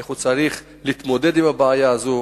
איך הוא צריך להתמודד עם הבעיה הזו,